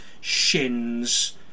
shins